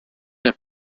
have